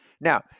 Now